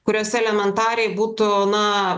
kuriose elementariai būtų na